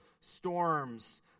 storms